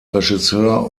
regisseur